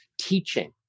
teaching